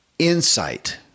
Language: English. Insight